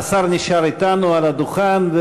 השר נשאר אתנו על הדוכן,